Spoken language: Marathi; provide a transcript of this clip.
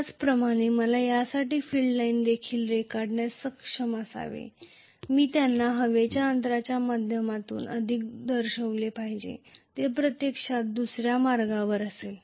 त्याचप्रमाणे मला यासाठी फील्ड लाइन देखील रेखाटण्यास सक्षम असावे मी त्यांना हवेच्या अंतराच्या माध्यमातून अधिक दर्शविले पाहिजे जे प्रत्यक्षात दुसऱ्या मार्गावर असेल